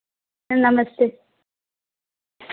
नमस्ते